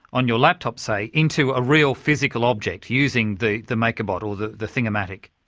on your laptop say, into a real physical object using the the makerbot or the the thing-o-matic?